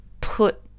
put